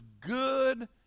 good